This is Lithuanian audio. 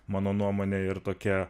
mano nuomone ir tokie